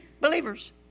believers